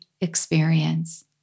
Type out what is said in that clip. experience